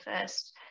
first